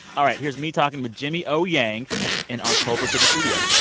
all right, here's me talking with jimmy o. yang in our culver city studio